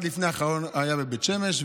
אחד לפני האחרון, היה בבית שמש.